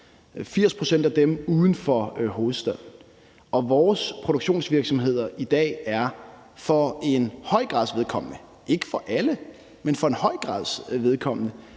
80 pct. af dem er uden for hovedstaden. Og vores produktionsvirksomheder i dag er for en stor dels vedkommende – ikke for alle, men for en stor dels vedkommende